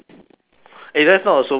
eh that's not a superpower